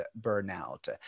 burnout